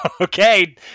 Okay